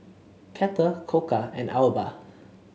Kettle Koka and Alba